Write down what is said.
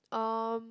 um